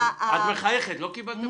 את מחייכת לא קיבלת את התחשיב?